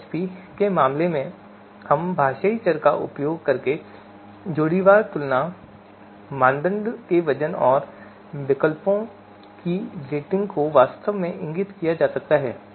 AHP के मामले में इन भाषाई चरों का उपयोग करके जोड़ीवार तुलना मानदंड के वजन और विकल्पों की रेटिंग को वास्तव में इंगित किया जा सकता है